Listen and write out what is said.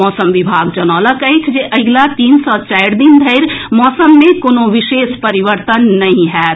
मौसम विभाग जनौलक अछि जे अगिला तीन सँ चारि दिन धरि मौसम मे कोनो विशेष परिवर्तन नहि होएत